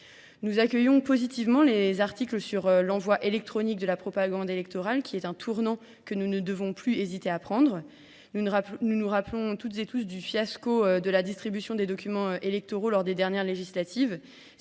Nous accueillons positivement les articles sur l'envoi électronique de la propagande électorale, qui est un tournant que nous ne devons plus hésiter à prendre. Nous nous rappelons toutes et tous du fiasco de la distribution des documents électoraux lors des dernières législatives.